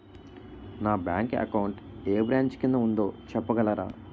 నా bank account ఏ branch కిందా ఉందో చెప్పగలరా?